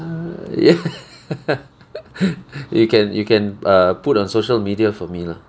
err ya you can you can err put on social media for me lah